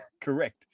Correct